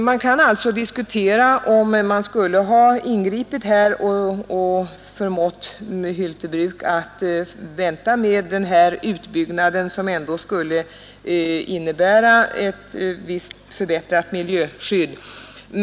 Man kan alltså diskutera om regeringen borde ha ingripit och förmått Hylte Bruk att vänta med denna utbyggnad, som ändå skulle innebära ett visst förbättrat miljöskydd.